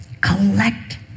Collect